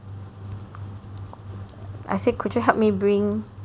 I say could you help me bring my charger